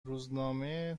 روزنامه